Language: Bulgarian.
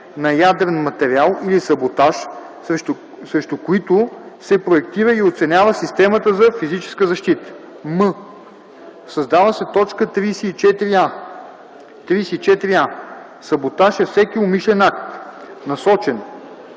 на ядрен материал или саботаж, срещу които се проектира и оценява системата за физическа защита.”; м) създава се т. 34а: „34а. „Саботаж” е всеки умишлен акт, насочен